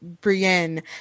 Brienne